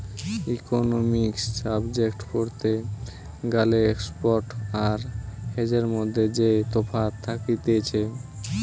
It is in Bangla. ইকোনোমিক্স সাবজেক্ট পড়তে গ্যালে স্পট আর হেজের মধ্যে যেই তফাৎ থাকতিছে